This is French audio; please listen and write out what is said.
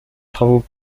travaux